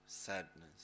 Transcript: sadness